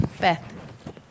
Beth